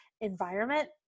environment